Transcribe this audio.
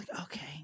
Okay